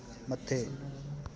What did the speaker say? मथे